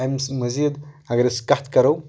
اَمِہ مٔزیٖد اگر أسۍ کَتھ کرو